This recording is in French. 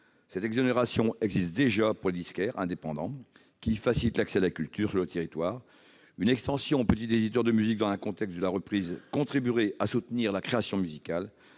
Cette exonération existe déjà pour les disquaires indépendants, qui facilitent l'accès à la culture sur notre territoire. Une extension aux petits éditeurs de musique dans le contexte de la reprise contribuerait à soutenir la création musicale.